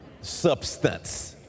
Substance